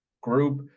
group